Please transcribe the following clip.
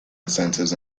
incentives